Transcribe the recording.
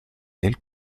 del